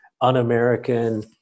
un-American